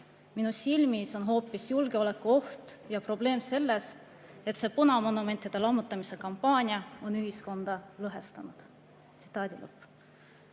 Minu silmis on hoopis julgeolekuoht ja probleem selles, et see punamonumentide lammutamise kampaania on ühiskonda lõhestanud." Mart